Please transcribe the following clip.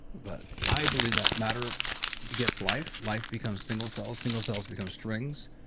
but i believe that matter begets life life becomes single cells, single cells become strings,